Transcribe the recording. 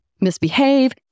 misbehave